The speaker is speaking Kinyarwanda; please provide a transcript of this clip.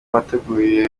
wateguriwe